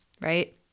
right